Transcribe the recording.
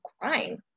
crying